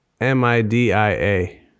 M-I-D-I-A